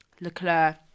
Leclerc